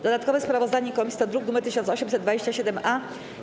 Dodatkowe sprawozdanie komisji to druk nr 1827-A.